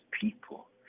people